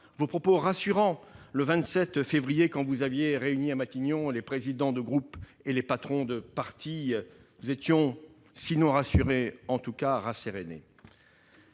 vos propos rassurants, le 27 février, quand vous aviez réuni à Matignon les présidents de groupes et les patrons de partis. Nous étions sortis de cette réunion, sinon rassurés, en tout cas rassérénés.